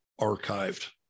archived